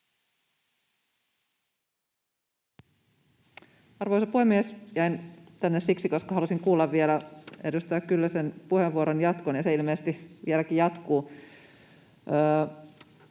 Arvoisa puhemies! Jäin tänne siksi, koska halusin kuulla vielä edustaja Kyllösen puheenvuoron jatkon, ja se ilmeisesti vieläkin jatkuu.